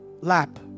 lap